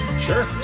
sure